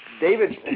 David